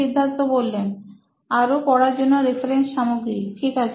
সিদ্ধার্থ আরও পড়ার জন্য রেফারেন্স সামগ্রী ঠিক আছে